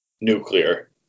nuclear